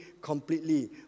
completely